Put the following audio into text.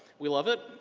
we love it,